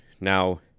now